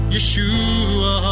Yeshua